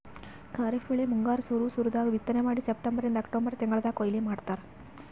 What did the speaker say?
ಖರೀಫ್ ಬೆಳಿ ಮುಂಗಾರ್ ಸುರು ಸುರು ದಾಗ್ ಬಿತ್ತನೆ ಮಾಡಿ ಸೆಪ್ಟೆಂಬರಿಂದ್ ಅಕ್ಟೋಬರ್ ತಿಂಗಳ್ದಾಗ್ ಕೊಯ್ಲಿ ಮಾಡ್ತಾರ್